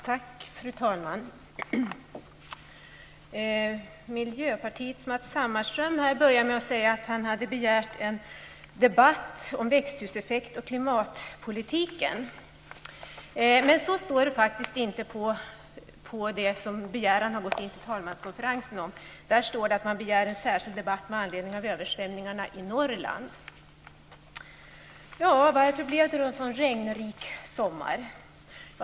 Fru talman! Miljöpartiets Matz Hammarström började med att säga att han hade begärt en debatt om växthuseffekten och klimatpolitiken. Men så står det faktiskt inte på den begäran som talmanskonferensen har fått. Där står det att man begär en särskild debatt med anledning av översvämningarna i Norrland. Varför blev det en så regnrik sommar?